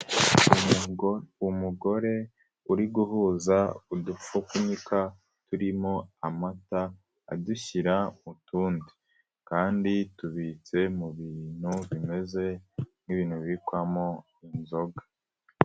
Umugore uri guhuza udufupfunyika turimo amata adushyira mu tundi kandi tubitse mu bintu bimeze nk'ibintu bibikwamo inzoga.